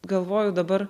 galvoju dabar